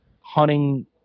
hunting